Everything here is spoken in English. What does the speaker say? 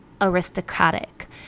aristocratic